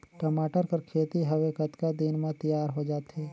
टमाटर कर खेती हवे कतका दिन म तियार हो जाथे?